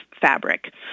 fabric